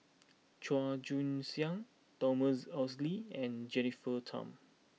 Chua Joon Siang Thomas Oxley and Jennifer Tham